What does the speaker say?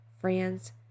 Friends